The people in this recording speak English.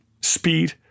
speed